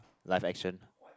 life action